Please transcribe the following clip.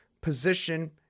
position